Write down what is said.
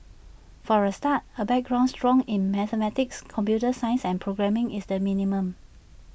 for A start A background strong in mathematics computer science and programming is the minimum